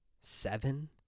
seven